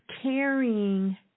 caring